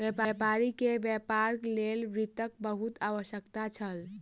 व्यापारी के व्यापार लेल वित्तक बहुत आवश्यकता छल